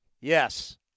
Yes